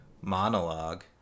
monologue